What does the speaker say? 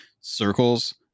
circles